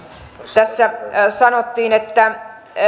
tässä sanottiin että